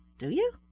do you?